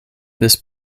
this